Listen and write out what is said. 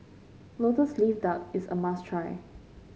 lotus leaf duck is a must try